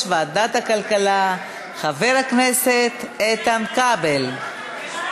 ועדת הכלכלה חבר הכנסת איתן כבל.